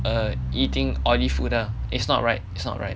err eating oily food ah it's not right it's not right